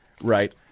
right